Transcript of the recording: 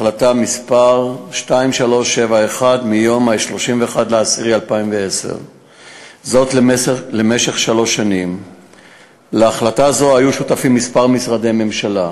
החלטה מס' 2371 מיום 31 באוקטובר 2010. להחלטה זו היו שותפים כמה משרדי ממשלה: